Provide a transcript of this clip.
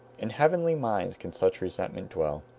in heavenly minds can such resentments dwell.